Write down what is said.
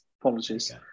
Apologies